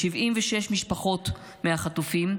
76 ממשפחות החטופים,